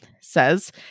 Says